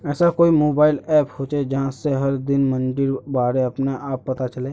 ऐसा कोई mobile app होचे जहा से हर दिन मंडीर बारे अपने आप पता चले?